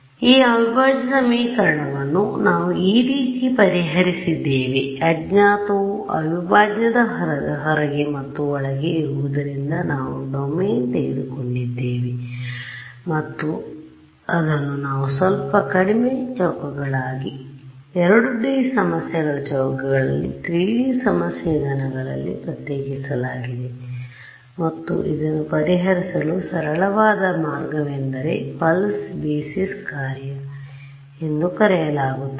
ಈ ಅವಿಭಾಜ್ಯ ಸಮೀಕರಣವನ್ನು ನಾವು ಈ ರೀತಿ ಪರಿಹರಿಸಿದ್ದೇವೆ ಅಜ್ಞಾತವು ಅವಿಭಾಜ್ಯದ ಹೊರಗೆ ಮತ್ತು ಒಳಗೆ ಇರುವುದರಿಂದ ನಾವು ಡೊಮೇನ್ ತೆಗೆದುಕೊಂಡಿದ್ದೇವೆ ಮತ್ತು ಅದನ್ನು ನಾವು ಸ್ವಲ್ಪ ಕಡಿಮೆ ಚೌಕಗಳಾಗಿ 2D ಸಮಸ್ಯೆಗಳ ಚೌಕಗಳಲ್ಲಿ 3D ಸಮಸ್ಯೆಯ ಘನಗಳಲ್ಲಿ ಪ್ರತ್ಯೇಕಿಸಲಾಗಿದೆ ಮತ್ತು ಇದನ್ನು ಪರಿಹರಿಸಲು ಸರಳವಾದ ಮಾರ್ಗವೆಂದರೆ ಪಲ್ಸ್ ಬೇಸಿಸ್ ಕಾರ್ಯ ಎಂದು ಕರೆಯಲಾಗುತ್ತದೆ